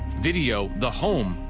video the home,